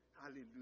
Hallelujah